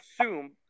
assume